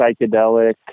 psychedelic